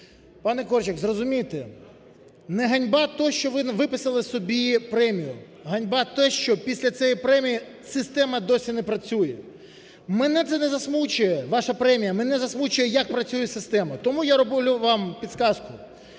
Пані Корчик, зрозумійте, не ганьба те, що ви виписали собі премію, ганьба те, що після цієї премії система досі не працює. Мене це не засмучує, ваша премія, мене засмучує, як працює система. Тому я роблю вам підказку: